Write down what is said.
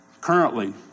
Currently